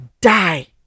die